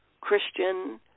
Christian